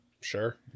Sure